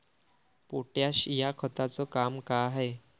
Potash या खताचं काम का हाय?